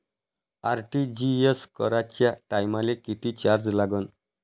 RTGS कराच्या टायमाले किती चार्ज लागन?